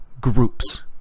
groups